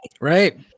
Right